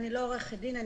אני לא עורכת דין,